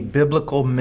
biblical